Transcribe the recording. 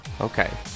okay